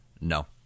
No